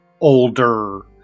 older